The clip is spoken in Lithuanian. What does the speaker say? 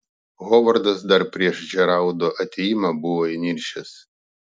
hovardas dar prieš džeraldo atėjimą buvo įniršęs